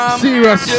serious